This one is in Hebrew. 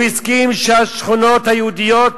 הוא הסכים שהשכונות היהודיות,